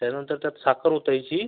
त्यानंतर त्यात साखर ओतायची